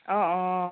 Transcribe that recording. অঁ অঁ